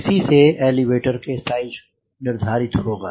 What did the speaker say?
इसी से एलीवेटर का साइज निर्धारित होगा